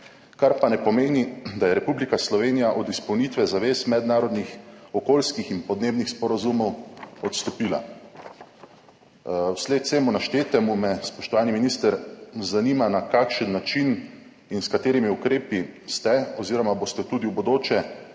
kar pa ne pomeni, da je Republika Slovenija od izpolnitve zavez mednarodnih okoljskih in podnebnih sporazumov odstopila. Vsled vsemu naštetemu me, spoštovani minister, zanima: Na kakšen način in s katerimi ukrepi ste oziroma boste tudi v prihodnje